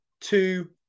two